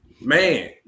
man